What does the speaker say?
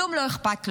וכלום לא אכפת לו.